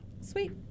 Sweet